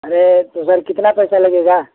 अरे तो सर कितना पैसा लगेगा